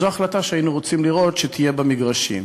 זו החלטה שהיינו רוצים לראות שתהיה במגרשים,